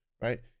right